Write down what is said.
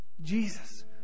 Jesus